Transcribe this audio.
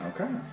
Okay